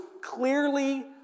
clearly